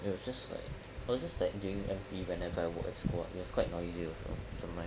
it was just like it was just like during M_P whenever I work in school ah it was quite noisy also so I'm like